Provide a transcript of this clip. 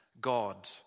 God